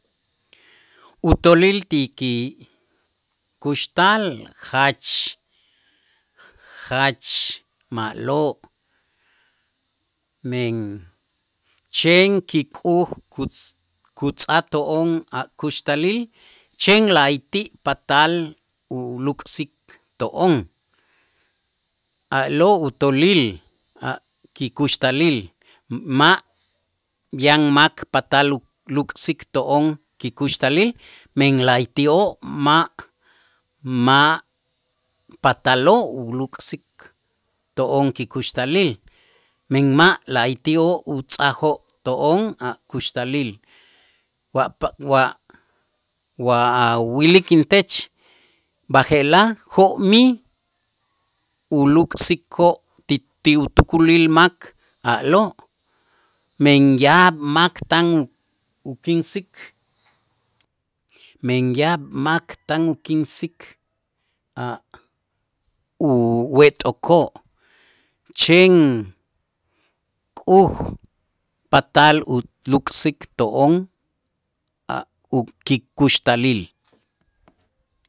Utoolil ti kikuxtal jach jach ma'lo' men chen kik'uj kutz kutz'ajto'on a' kuxtalil chen la'ayti' patal uluk'sik to'on, a'lo' utoolil a' kikuxtalil ma' yan mak patal luk- luk'sik to'on kikuxtalil men la'ayti'oo' ma' ma' pataloo' uluk'sik to'on kikuxtalil, men ma' la'ayti'oo' utz'ajoo' to'on a' kuxtalil wa pa wa wa wilik intech b'aje'laj jo'mij uluk'sikoo' ti ti utukulil mak a'lo', men yaab' mak tan u- ukinsik, men yaab' mak tan ukinsik a' uwet'okoo' chen k'uj patal uluk'sik to'on a' ukikuxtalil.